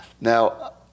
Now